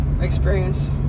experience